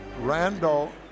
Randall